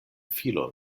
filon